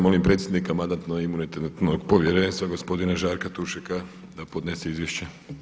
Molim predsjednika Mandatno-imunitetnog povjerenstva gospodina Žarka Tušeka da podnese izvješće.